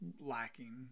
lacking